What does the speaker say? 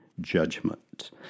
judgment